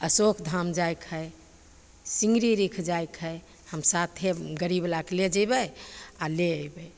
अशोकधाम जाइके हइ सिङ्गड़ीरिख जाइके हइ हम साथे गाड़ीवलाके ले जएबै आओर ले अएबै